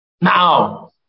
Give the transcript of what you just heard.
Now